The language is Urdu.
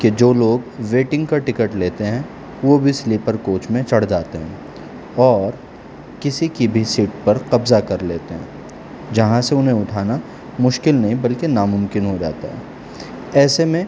کہ جو لوگ ویٹنگ کا ٹکٹ لیتے ہیں وہ بھی سلیپر کوچ میں چڑھ جاتے ہیں اور کسی کی بھی سیٹ پر قبضہ کر لیتے ہیں جہاں سے انہیں اٹھانا مشکل نہیں بلکہ ناممکن ہو جاتا ہے ایسے میں